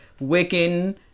Wiccan